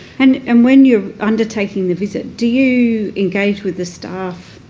and and when you're undertaking the visit, do you engage with the staff